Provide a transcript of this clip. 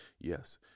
Yes